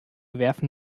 werfen